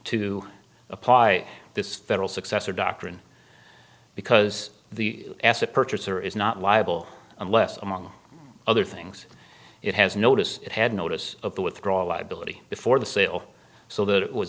to apply this federal successor doctrine because the asset purchaser is not liable unless among other things it has noticed it had notice of the withdrawal liability before the sale so that